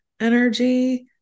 energy